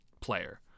player